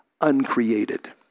uncreated